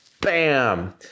bam